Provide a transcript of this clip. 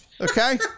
Okay